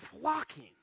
flocking